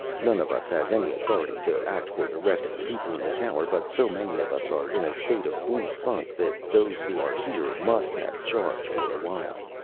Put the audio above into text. none of us has any authority to act for the rest of the people in the tower, but so many of us are in a state of blue funk that those who are here must have charge for a while.